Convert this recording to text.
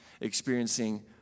experiencing